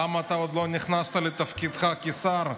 למה עוד לא נכנסת לתפקידך כשר?